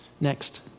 Next